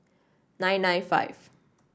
nine nine five